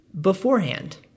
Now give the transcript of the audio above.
beforehand